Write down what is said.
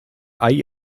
eye